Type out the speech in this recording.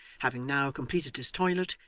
having now completed his toilet,